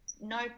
no